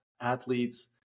athletes